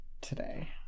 today